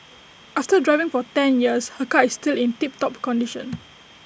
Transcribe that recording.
after driving for ten years her car is still in tip top condition